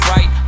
Right